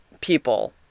people